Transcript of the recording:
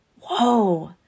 whoa